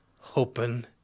hoping